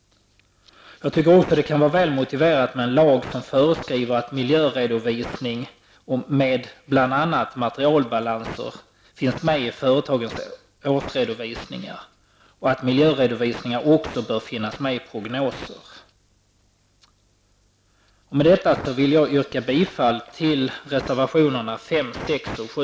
Jag tycker också att det kan vara väl motiverat med en lag som föreskriver att miljöredovisning med bl.a. materialbalanser skall finnas med i företagens årsredovisningar och att miljöredovisningar också bör finnas med i prognoser. Med det anförda vill jag yrka bifall till reservationerna nr 5, 6 och 7.